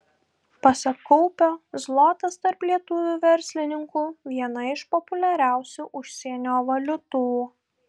pasak kaupio zlotas tarp lietuvių verslininkų viena iš populiariausių užsienio valiutų